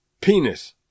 penis